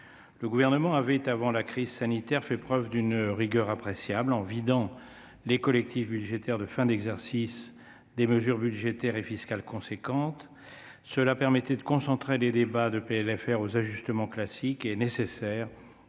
le Gouvernement avait fait preuve d'une rigueur appréciable, en vidant les collectifs budgétaires de fin d'exercice des mesures budgétaires et fiscales les plus lourdes. Cela permettait de concentrer les débats de PLFR sur les ajustements classiques et nécessaires